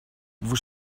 vous